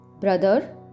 Brother